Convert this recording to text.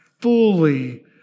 fully